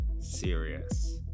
serious